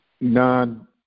non-